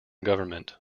government